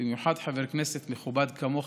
במיוחד חבר כנסת מכובד כמוך,